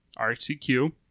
RCQ